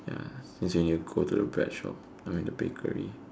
ya as in you go to the bread shop I mean the bakery